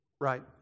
Right